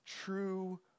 true